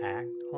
act